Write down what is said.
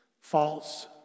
False